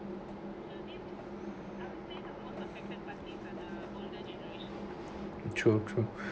true true